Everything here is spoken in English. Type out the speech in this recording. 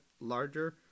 larger